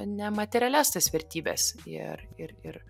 nematerialias tas vertybes ir ir ir